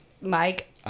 Mike